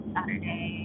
Saturday